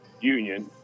union